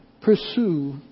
pursue